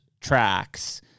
tracks